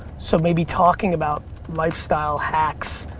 so maybe talking about lifestyle hacks,